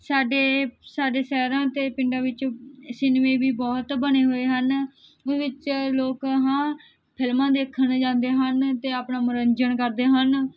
ਸਾਡੇ ਸਾਡੇ ਸ਼ਹਿਰਾਂ ਅਤੇ ਪਿੰਡਾਂ ਵਿੱਚ ਸਿਨਮੇ ਵੀ ਬਹੁਤ ਬਣੇ ਹੋਏ ਹਨ ਵਿੱਚ ਲੋਕ ਹਾਂ ਫਿਲਮਾਂ ਦੇਖਣ ਜਾਂਦੇ ਹਨ ਅਤੇ ਆਪਣਾ ਮਨੋਰੰਜਨ ਕਰਦੇ ਹਨ